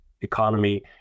economy